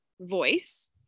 voice